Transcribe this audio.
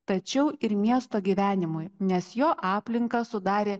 tačiau ir miesto gyvenimui nes jo aplinką sudarė